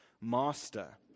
master